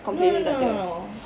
no no no no no